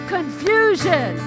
Confusion